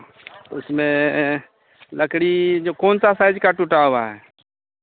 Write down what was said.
उसमें लकड़ी जो कौन सा साइज का टूटा हुआ है